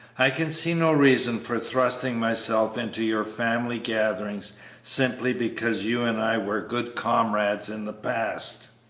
i can see no reason for thrusting myself into your family gatherings simply because you and i were good comrades in the past.